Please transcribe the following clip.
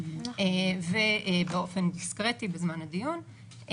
ובאופן דיסקרטי בזמן הדיון.